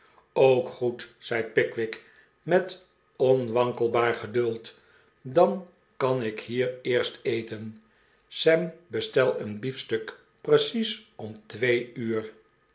ook goed zei pickwick met onwankelbaar geduld dan kan ik hier eerst eten sam bestel een biefstuk precies om twee uur